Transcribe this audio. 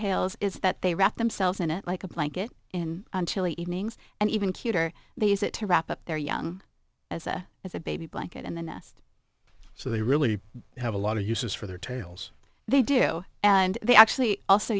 tails is that they wrap themselves in it like a blanket in chile evenings and even cuter they use it to wrap up their young as a as a baby blanket in the nest so they really have a lot of uses for their tails they do and they actually also